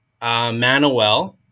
Manuel